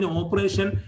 operation